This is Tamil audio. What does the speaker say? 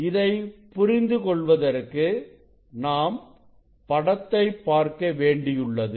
இதை புரிந்து கொள்வதற்கு நாம் படத்தை பார்க்க வேண்டியுள்ளது